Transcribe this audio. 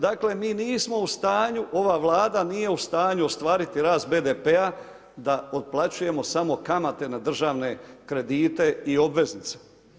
Dakle mi nismo u stanju, ova Vlada nije su stanju ostvariti rast BDP-a da otplaćujemo samo kamate na državne kredite i obveznice.